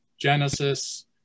Genesis